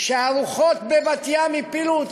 שהרוחות בבת-ים הפילו,